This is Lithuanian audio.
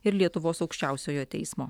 ir lietuvos aukščiausiojo teismo